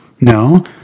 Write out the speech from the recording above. No